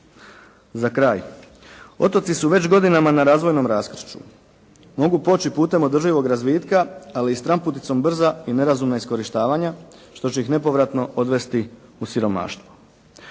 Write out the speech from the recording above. Za kraj, otoci su već godinama na razvojnom raskršću. Mogu poći putem održivog razvitka, ali i stranputicom brza i nerazumna iskorištavanja, što će ih nepovratno odvesti u siromaštvo.